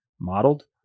modeled